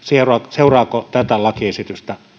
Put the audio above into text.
seuraako tätä lakiesitystä